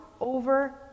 over